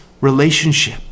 relationship